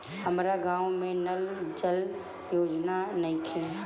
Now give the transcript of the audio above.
हमारा गाँव मे नल जल योजना नइखे?